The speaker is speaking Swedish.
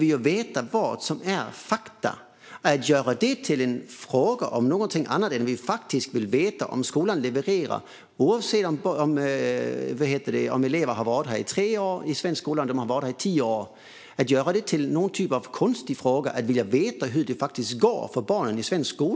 Det blir en märklig diskussion att göra det till en fråga om någonting annat än att vi faktiskt vill veta om skolan levererar, oavsett om eleverna har varit i svensk skola i tre år eller i tio år.